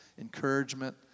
encouragement